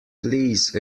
please